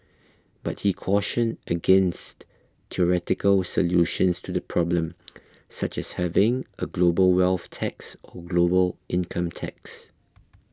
but he cautioned against theoretical solutions to the problem such as having a global wealth tax or global income tax